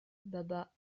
baba